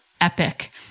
epic